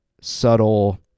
subtle